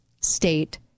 State